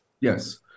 Yes